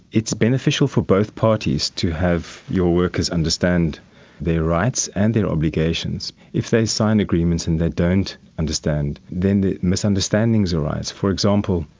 it's beneficial for both parties to have your workers understand their rights and their obligations. if they signed agreements and they don't understand, then the misunderstandings arise. for example,